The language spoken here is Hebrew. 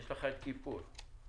כשיש לך את יום הכיפורים וסוכות,